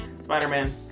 Spider-Man